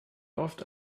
oft